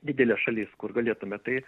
didelė šalis kur galėtume tai